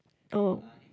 oh